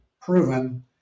proven